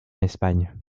espagne